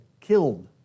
killed